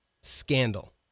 scandal